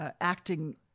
acting